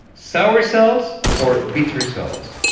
sour cells, or bitter cells,